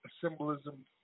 symbolism